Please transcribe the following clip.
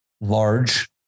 large